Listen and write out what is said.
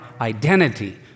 identity